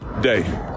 day